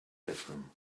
bedroom